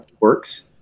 works